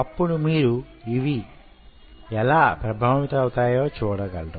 అప్పుడు మీరు అవి యెలా ప్రభావితమౌతాయో చూడగలరు